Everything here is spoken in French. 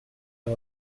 est